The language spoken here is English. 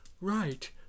Right